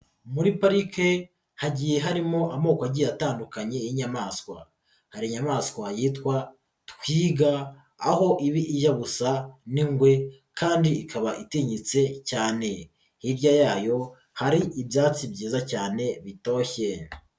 Muri parike hagiye harimo amoko agiye atandukanye y'inyamaswa, hari inyamaswa yitwa twiga aho iba ijya gusa n'ingwe kandi ikaba itinyitse cyane, hirya yayo hari ibyatsi byiza cyane bitoshye.